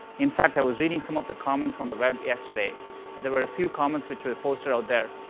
in fact, i was reading some of the comments on the web yesterday and there were a few comments which were posted out there,